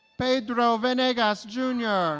pedro venegas jr.